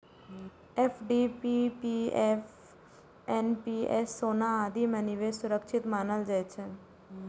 FD, PPF, NPS, सोना आदि मे निवेश सुरक्षित मानल जाइ छै